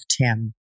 Tim